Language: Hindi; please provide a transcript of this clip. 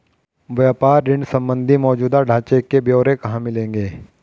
व्यापार ऋण संबंधी मौजूदा ढांचे के ब्यौरे कहाँ मिलेंगे?